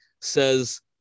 says